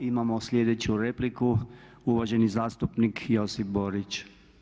Imamo sljedeću repliku, uvaženi zastupnik Josip Borić.